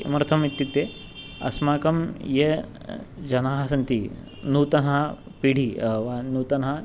किमर्थम् इत्युक्ते अस्माकं ये जनाः सन्ति नूतनः पीडि वा नूतनः